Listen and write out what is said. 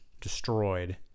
destroyed